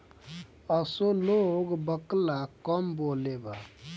असो लोग बकला कम बोअलेबा